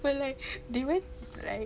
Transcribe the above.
but like they went right